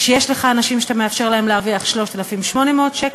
כשיש לך אנשים שאתה מאפשר להם להרוויח 3,800 שקל,